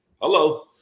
Hello